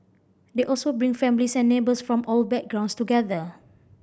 they also bring families and neighbours from all backgrounds together